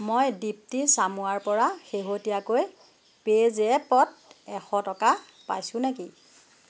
মই দীপ্তী চামুৱাৰপৰা শেহতীয়াকৈ পে'জেপত এশ টকা পাইছোঁ নেকি